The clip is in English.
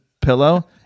pillow